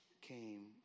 came